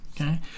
okay